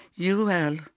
UL